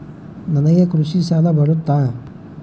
ನನಗೆ ಕೃಷಿ ಸಾಲ ಬರುತ್ತಾ?